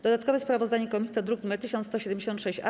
Dodatkowe sprawozdanie komisji to druk nr 1176-A.